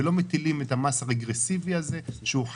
ולא מטילים את המס הרגרסיבי הזה שחל